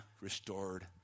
restored